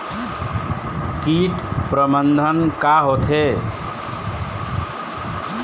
कीट प्रबंधन का होथे?